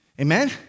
Amen